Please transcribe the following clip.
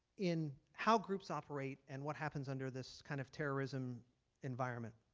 in how groups operate and what happens under this kind of terrorism environment,